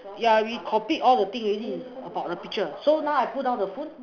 yeah we complete all the thing already about the picture so now I put down the food